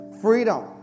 freedom